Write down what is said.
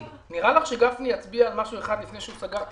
נראה לך שגפני יצביע על משהו אחד לפני שהוא סגר את